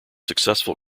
successful